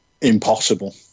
impossible